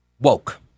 woke